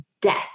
death